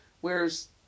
Whereas